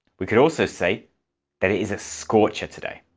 we can also say that it is a scorcher today.